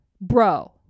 bro